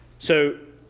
so,